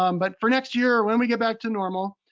um but for next year when we get back to normal,